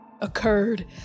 occurred